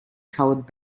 colored